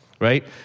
right